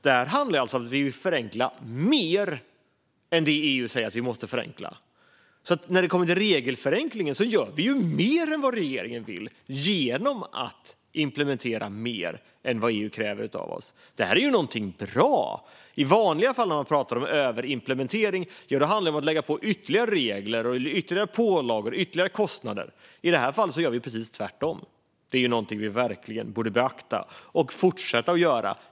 Det här handlar om att vi vill förenkla mer än EU säger att vi måste. När det kommer till regelförenklingar gör vi alltså mer än regeringen vill genom att implementera mer än EU kräver av oss. Det är något bra. När man i vanliga fall pratar om överimplementering handlar det om att lägga på ytterligare regler, pålagor och kostnader. I det här fallet gör vi precis tvärtom. Det är något vi verkligen borde beakta och fortsätta att göra.